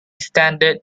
standard